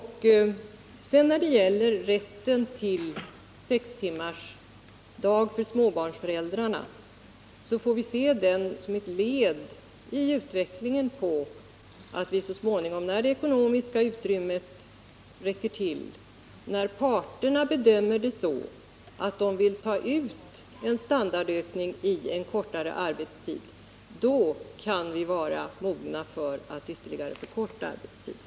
Rätten till sex timmars arbetsdag för småbarnsföräldrar får vi se som ett led i utvecklingen. När det ekonomiska utrymmet så småningom räcker till och när parterna vill ta ut en standardökning i form av kortare arbetstid kan vi vara mogna för att ytterligare förkorta arbetstiden.